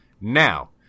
Now